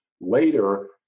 Later